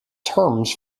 terms